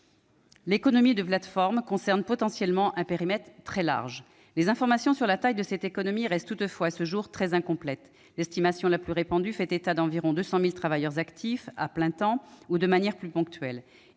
L'économie des plateformes concerne potentiellement un périmètre très large. Les informations sur la taille de cette économie restent toutefois, à ce jour, très incomplètes. L'estimation la plus répandue fait état d'environ 200 000 travailleurs actifs, à plein temps ou de manière plus ponctuelle.